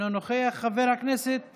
אינו נוכח, חברת הכנסת